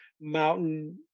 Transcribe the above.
mountain